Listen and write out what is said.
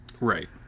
Right